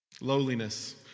Lowliness